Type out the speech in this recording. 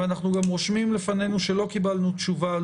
ואנחנו גם רושמים לפנינו שלא קיבלנו תשובה על